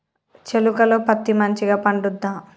చేలుక లో పత్తి మంచిగా పండుద్దా?